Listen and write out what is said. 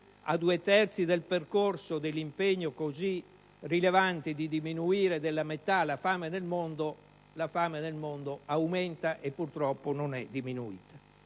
a due terzi del percorso dell'impegno così rilevante di diminuire della metà la fame nel mondo, essa aumenta e purtroppo non è diminuita.